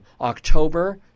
October